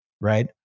right